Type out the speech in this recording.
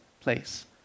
place